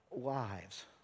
lives